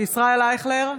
ישראל אייכלר,